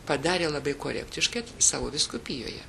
padarė labai korektiškai savo vyskupijoje